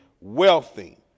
wealthy